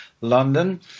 London